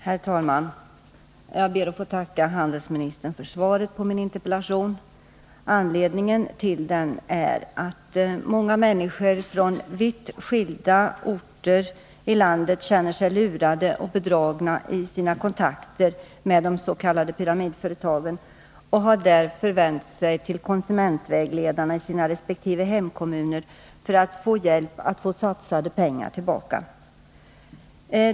Herr talman! Jag ber att få tacka handelsministern för svaret på min interpellation. Anledningen till att jag framställt interpellationen är att många människor från vitt skilda orter i landet känner sig lurade och bedragna i sina kontakter meds.k. pyramidföretag och därför vänt sig till konsumentvägledarna i sina resp. hemkommuner för att få hjälp att få tillbaka satsade pengar.